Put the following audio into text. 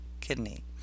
kidney